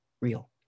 real